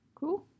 cool